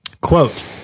quote